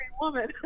woman